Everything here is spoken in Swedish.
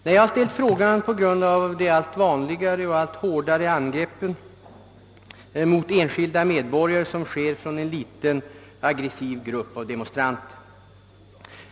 Nej, jag har framställt min fråga på grund av de allt vanligare och allt hårdare angreppen mot enskilda medborgare från en liten, aggressiv grupp av demonstranter.